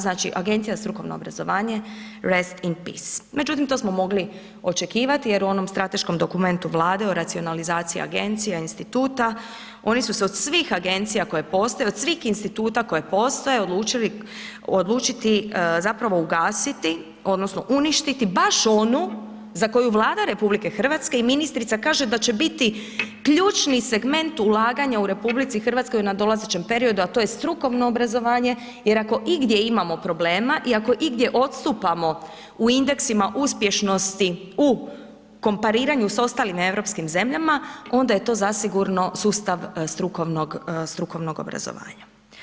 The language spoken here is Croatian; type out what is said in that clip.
Znači, Agencija za strukovno obrazovanje… [[Govornik se ne razumije]] međutim, to smo mogli očekivati jer u onom strateškom dokumentu Vlade, o racionalizaciji agencija, instituta, oni su se od svih agencija koje postoje, od svih instituta koje postoje, odlučiti zapravo ugasiti odnosno uništiti baš onu za koju Vlada RH i ministrica kaže da će biti ključni segment ulaganja u RH u nadolazećem periodu, a to je strukovno obrazovanje jer ako igdje imamo problema i ako igdje odstupamo u indeksima uspješnosti u kompariranju sa ostalim europskim zemljama, onda je to zasigurno sustav strukovnog obrazovanja.